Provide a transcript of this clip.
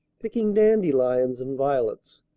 picking dandelions and violets,